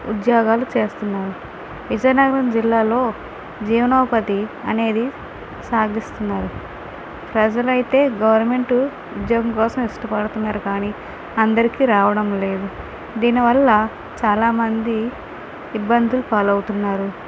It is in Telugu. ఉద్యోగాలు చేస్తున్నారు విజయనగరం జిల్లాలో జీవనోపాధి అనేది సాధిస్తున్నారు ప్రజలైతే గవర్నమెంటు ఉద్యోగం కోసం ఇష్ట పడుతున్నారు కానీ అందరికీ రావడం లేదు దీనివల్ల చాలామంది ఇబ్బందులు పాలవుతున్నారు